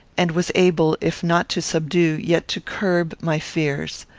and was able, if not to subdue, yet to curb, my fears.